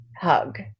hug